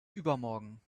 übermorgen